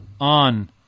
on